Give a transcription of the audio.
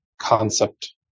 concept